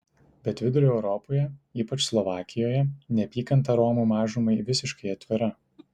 bet vidurio europoje ypač slovakijoje neapykanta romų mažumai visiškai atvira